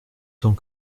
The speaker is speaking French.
tant